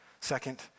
Second